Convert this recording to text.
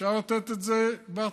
אפשר לתת את זה בהתחלה.